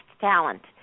talent